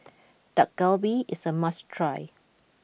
Dak Galbi is a must try